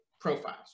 profiles